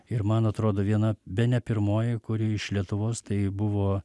ir man atrodo viena bene pirmoji kuri iš lietuvos tai buvo